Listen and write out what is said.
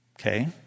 okay